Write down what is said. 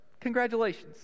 Congratulations